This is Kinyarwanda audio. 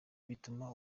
bituma